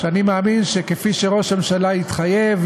שאני מאמין שכפי שראש הממשלה התחייב,